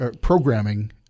programming